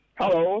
hello